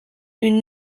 une